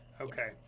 Okay